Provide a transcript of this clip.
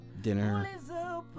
dinner